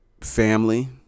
family